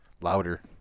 louder